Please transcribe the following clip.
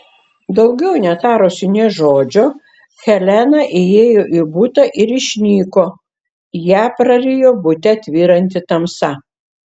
daugiau netarusi nė žodžio helena įėjo į butą ir išnyko ją prarijo bute tvyranti tamsa